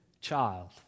child